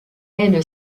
elle